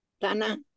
tana